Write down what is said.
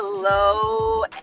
Hello